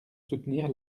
soutenir